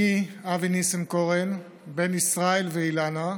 אני, אבי ניסנקורן, בן ישראל ואילנה,